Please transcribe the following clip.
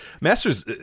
Masters